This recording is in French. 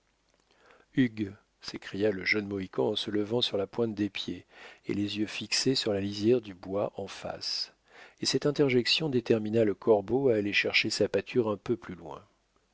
hugh s'écria le jeune mohican en se levant sur la pointe des pieds et les yeux fixés sur la lisière du bois en face et cette interjection détermina le corbeau à aller chercher sa pâture un peu plus loin